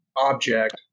object